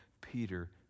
Peter